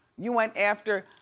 you went after